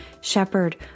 shepherd